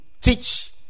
teach